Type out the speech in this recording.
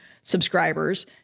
subscribers